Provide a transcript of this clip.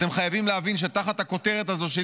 אתם חייבים להבין שתחת הכותרת הזו של